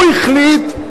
הוא החליט,